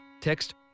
Text